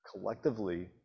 Collectively